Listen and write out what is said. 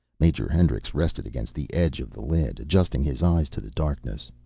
major hendricks rested against the edge of the lid, adjusting his eyes to the darkness.